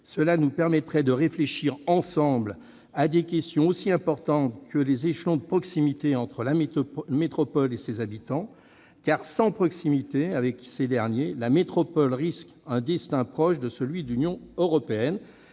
particulier et de réfléchir ensemble à des questions aussi importantes que celle des échelons de proximité entre la métropole et ses habitants. Sans proximité, la métropole risque un destin proche de celui de l'Union européenne